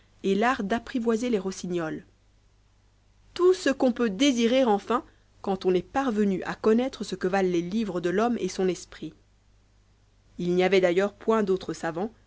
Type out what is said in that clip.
et l'art d'apprivoiser les rossignols tout ce qu'on peut désirer enfin quand on est parvenu à connaître ce que valent les livres de l'homme et son esprit il n'y avait d'ailleurs point d'autres savants